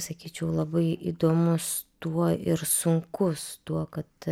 sakyčiau labai įdomus tuo ir sunkus tuo kad